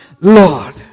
Lord